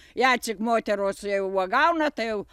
ja cik moteros jau uogauna tai jau